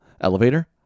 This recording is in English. Elevator